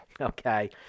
Okay